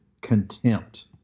contempt